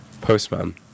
Postman